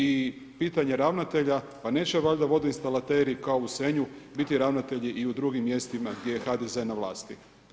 I pitanje ravnatelja, pa neće valjda vodoinstalateri kao u Senju biti ravnatelji i u drugim mjestima gdje je HDZ na vlasti.